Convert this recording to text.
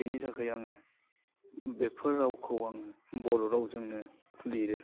बिनि थाखाय आङो बेफोर रावखौ आङो बर' रावजोंनो लिरो